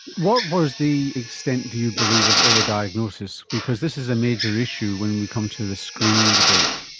what was the extent, do you believe, of over-diagnosis? because this is a major issue when we come to the screening debate.